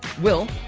will,